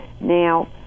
Now